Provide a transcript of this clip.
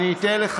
אני אתן לך